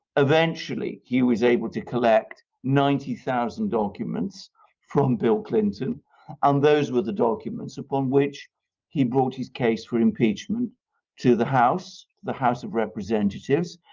eventually he was able to collect ninety thousand documents from bill clinton clinton and those were the documents upon which he brought his case for impeachment to the house, the house of representatives,